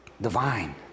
Divine